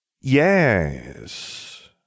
Yes